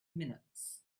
minutes